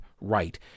right